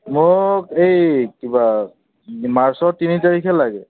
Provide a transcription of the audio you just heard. মোক এই কিবা মাৰ্চৰ তিনি তাৰিখে লাগে